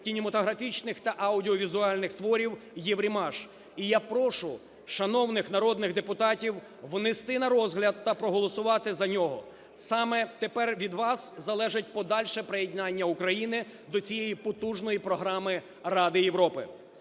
кінематографічних та аудіовізуальних творів "Єврімаж". І я прошу шановних народних депутатів внести на розгляд та проголосувати за нього. Саме тепер від вас залежить подальше приєднання України до цієї потужної програми Ради Європи.